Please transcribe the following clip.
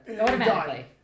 Automatically